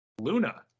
Luna